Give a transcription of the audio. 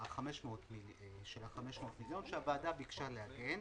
ה-500 מיליון שהוועדה ביקשה לעגן.